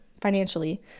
financially